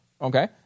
Okay